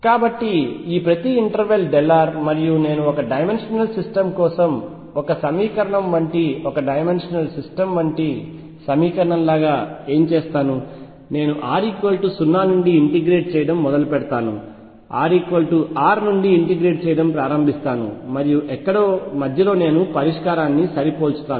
కాబట్టి ఈ ప్రతి ఇంటర్వల్ r మరియు నేను ఒక డైమెన్షనల్ సిస్టమ్ల కోసం ఒక సమీకరణం వంటి ఒక డైమెన్షనల్ సిస్టమ్ వంటి సమీకరణం లాగా ఏమి చేస్తాను నేను r 0 నుండి ఇంటిగ్రేట్ చేయడం మొదలుపెడతాను r R నుండి ఇంటిగ్రేట్ చేయడం ప్రారంభిస్తాను మరియు ఎక్కడో మధ్యలో నేను పరిష్కారాన్ని సరిపోల్చుతాను